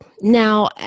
Now